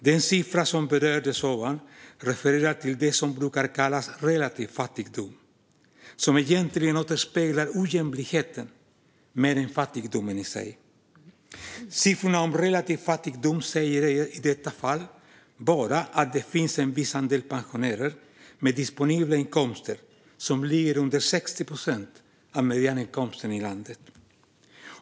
Den siffra som jag nu nämnde refererar till det som brukar kallas relativ fattigdom, som egentligen återspeglar ojämlikheten mer än fattigdomen i sig. Siffrorna om relativ fattigdom säger i detta fall bara att det finns en viss andel pensionärer med disponibla inkomster som ligger under 60 procent av medianinkomsten i landet.